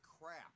crap